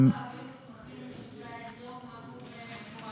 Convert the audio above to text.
נשמח להעביר מסמכים מתושבי האזור מה קורה,